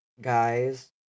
guys